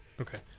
okay